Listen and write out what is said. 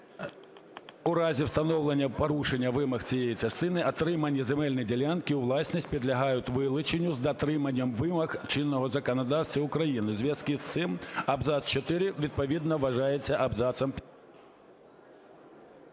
"У разі встановлення порушення вимог цієї частини отримані земельні ділянки у власність підлягають вилученню з дотриманням вимог чинного законодавства України. У зв’язку з цим абзац чотири відповідно вважається абзацом